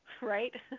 right